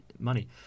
Money